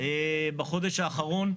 בחודש האחרון,